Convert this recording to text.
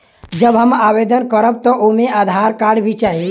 जब हम आवेदन करब त ओमे आधार कार्ड भी चाही?